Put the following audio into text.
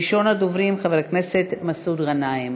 הצעות לסדר-היום